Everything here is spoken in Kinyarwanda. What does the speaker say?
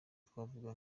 twavuga